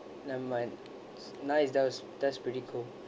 never mind nice that was that's pretty cool